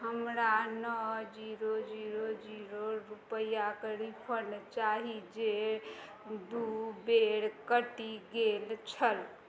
हमरा नओ zero zero zero रूपैयाके रिफन्ड चाही जे दू बेर कटि गेल छल